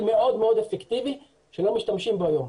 מאוד מאוד אפקטיבי שלא משתמשים בו היום.